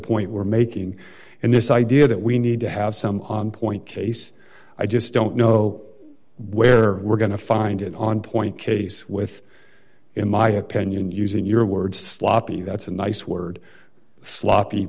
point we're making and this idea that we need to have some point case i just don't know where we're going to find it on point case with in my opinion using your word sloppy that's a nice word sloppy